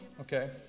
Okay